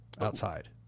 outside